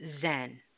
Zen